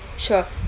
sure